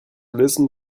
listen